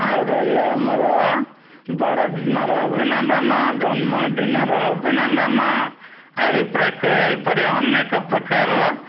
ଆଉ ରହିଲା ଆମର ବଡ଼ଦିନର ଅଭିନନ୍ଦନ ଜନ୍ମ ଦିନର ଅଭିନନ୍ଦନ ଏହି ପ୍ରକାର ଏହିପରି ଅନେକ ପ୍ରକାର